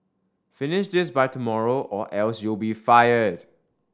finish this by tomorrow or else you'll be fired